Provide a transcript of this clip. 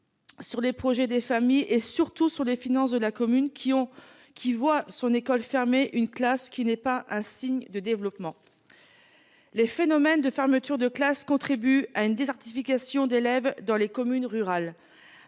Sur les projets des familles et surtout sur les finances de la commune qui ont, qui voit son école fermer une classe qui n'est pas un signe de développement. Les phénomènes de fermetures de classes contribue à une désertification d'élèves dans les communes rurales